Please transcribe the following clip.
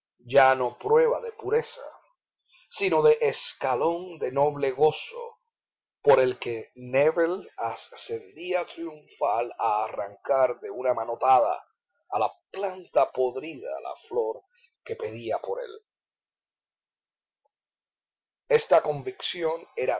ya no prueba de pureza sino de escalón de noble gozo por el que nébel ascendía triunfal a arrancar de una manotada a la planta podrida la flor que pedía por él esta convicción era